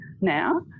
now